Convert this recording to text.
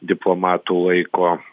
diplomatų laiko